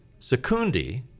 Secundi